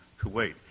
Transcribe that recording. Kuwait